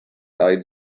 eyed